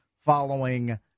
following